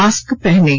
mask पहनें